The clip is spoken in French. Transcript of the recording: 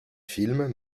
film